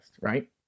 right